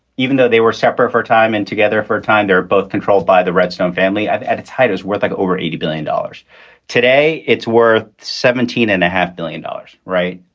even though they were separate for time and together for a time, they're both controlled by the redstone family at at its height is worth like over eighty billion dollars today. it's worth seventeen and a half billion dollars. right.